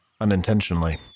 Unintentionally